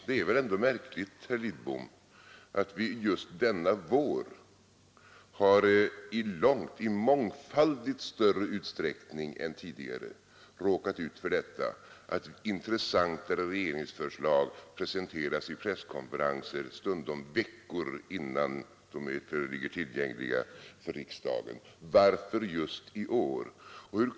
Det är väl ändå märkligt, herr Lidbom, att vi just denna vår i mångfaldigt större utsträckning än tidigare råkat ut för att intressantare regeringsförslag presenteras på presskonferenser, stundom veckor innan de föreligger tillgängliga för riksdagen. Varför just i år?